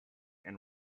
and